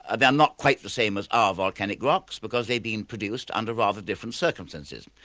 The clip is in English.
ah they're not quite the same as our volcanic rocks because they've been produced under rather different circumstances.